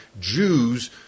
Jews